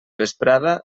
vesprada